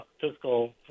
fiscal